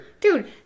Dude